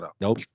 Nope